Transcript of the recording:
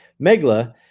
Megla